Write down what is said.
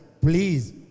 please